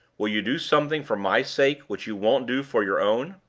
will you do something for my sake which you won't do for your own?